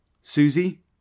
Susie